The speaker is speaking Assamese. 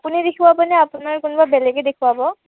আপুনি দেখুৱাব নে আপোনাৰ কোনোবা বেলেগে দেখুৱাব